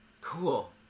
Cool